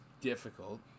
difficult